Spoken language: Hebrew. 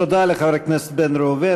תודה לחבר הכנסת בן ראובן.